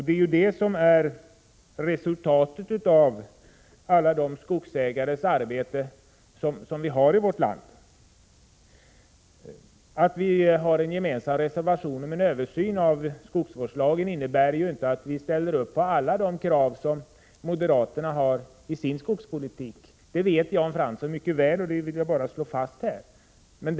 Det är ju resultatet av det arbete som skogsägarna i vårt land utför. Att vi har en gemensam reservation om en översyn av skogsvårdslagen innebär inte att vi ställer upp på alla de krav som moderaterna för fram i sin skogsvårdspolitik. Det vet Jan Fransson mycket väl, och jag vill bara slå fast det.